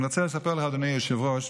אדוני היושב-ראש,